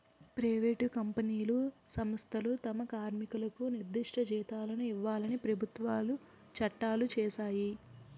private కంపెనీలు సంస్థలు తమ కార్మికులకు నిర్దిష్ట జీతాలను ఇవ్వాలని ప్రభుత్వాలు చట్టాలు చేశాయి